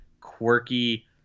quirky